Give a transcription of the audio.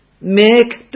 make